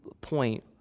point